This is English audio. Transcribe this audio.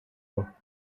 work